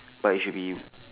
but you should be